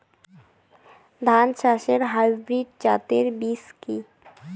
ধান চাষের হাইব্রিড জাতের বীজ কি?